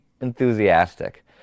enthusiastic